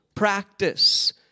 practice